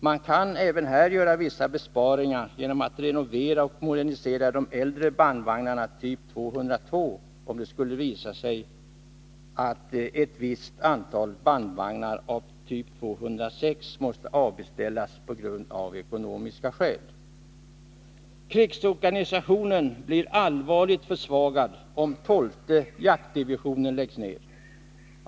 Man kan även här göra vissa besparingar genom att renovera och modernisera de äldre bandvagnarna typ 202, om det skulle visa sig att ett visst antal bandvagnar av typ 206 måste avbeställas av ekonomiska skäl. Krigsorganisationen blir allvarligt försvagad om tolfte jaktdivisionen läggs ned.